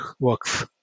works